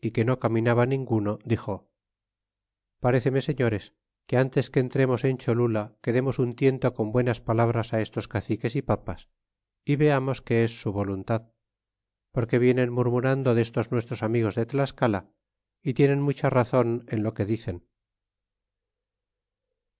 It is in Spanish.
no caminaba ninguno dixo paréceme señores que ntes que entremos en cholula que demos un tiento con buenas palabras estos caciques ú papas é veamos qué es su yojuntad porque vienen murmurando destos nuestros amigos de tlascala y tienen mucha razon en lo que dicen